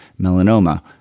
melanoma